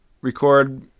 record